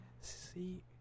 See